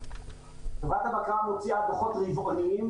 חברת הבקרה מוציאה דוחות רבעוניים,